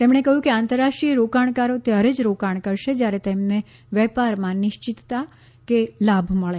તેમણે કહ્યું કે આંતરરાષ્રીપેય રોકાણકારો ત્યારે જ રોકાણ કરશે જ્યારે તેમને વેપારમાં નિશ્ચિતતા કે લાભ મળે